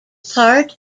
part